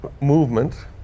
movement